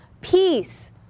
peace